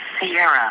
Sierra